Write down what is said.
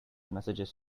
messages